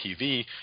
tv